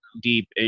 deep